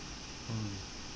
mm